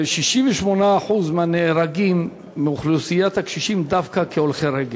68% מההרוגים בקרב אוכלוסיית הקשישים הם דווקא הולכי רגל.